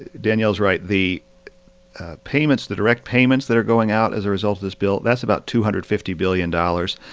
danielle is right. the payments the direct payments that are going out as a result of this bill, that's about two hundred and fifty billion dollars.